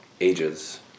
ages